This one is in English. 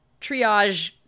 triage